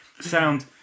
sound